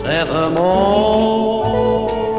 evermore